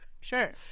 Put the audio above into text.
sure